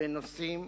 בנושאים